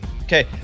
Okay